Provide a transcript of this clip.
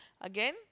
Again